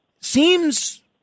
seems